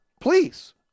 Please